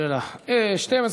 אדוני.